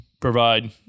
provide